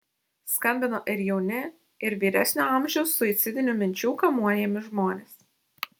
skambino ir jauni ir vyresnio amžiaus suicidinių minčių kamuojami žmonės